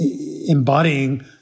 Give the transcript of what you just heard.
embodying